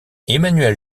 emmanuel